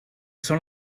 són